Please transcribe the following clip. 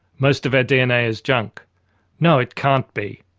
most of our dna is junk no it can't be!